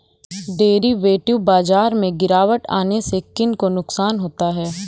Derivative बाजार में गिरावट आने से किन को नुकसान होता है?